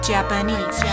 Japanese